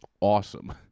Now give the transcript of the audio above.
awesome